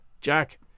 Jack